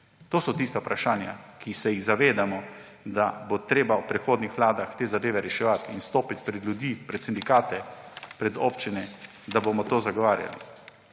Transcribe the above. To so tista vprašanja, ki se jih zavedamo, da bo treba v prihodnjih vladah te zadeve reševati in stopiti pred ljudi, pred sindikate, pred občine, da bomo to zagovarjali.